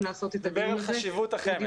לעשות את הדיון הזה --- הוא דיבר על חשיבות החמ"ד.